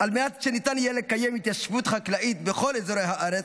על מנת שניתן יהיה לקיים התיישבות חקלאית בכל אזורי הארץ,